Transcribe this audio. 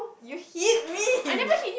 you hit me